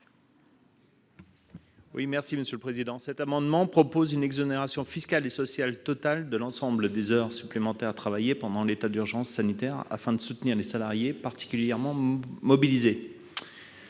Cet amendement a pour objet de proposer une exonération fiscale et sociale totale de l'ensemble des heures supplémentaires travaillées pendant l'état d'urgence sanitaire, afin de soutenir les salariés particulièrement mobilisés.